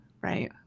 Right